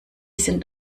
sind